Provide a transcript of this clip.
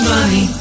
Money